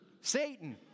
Satan